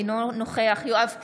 אינו נוכח יואב קיש,